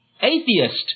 Atheist